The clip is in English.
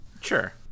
Sure